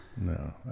No